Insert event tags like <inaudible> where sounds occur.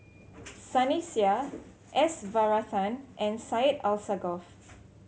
<noise> Sunny Sia S Varathan and Syed Alsagoff